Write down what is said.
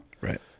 Right